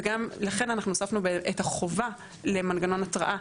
וגם, לכן אנחנו הוספנו את החובה למנגנון התראה.